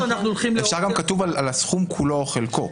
כתוב על הסכום כולו או חלקו.